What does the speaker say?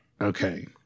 Okay